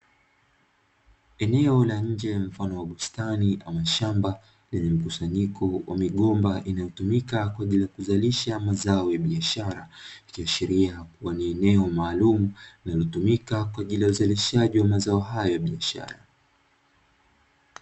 Eneo la nje mfano wa bustani au shamba limekusanyika kwa migomba itumikayo kwenye kuzalisha mazao ya biashara ikiashiria ni eneo maalumu, limetumika kwa ajili ya uzalishaji wa mazao hayo biashara.